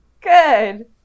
good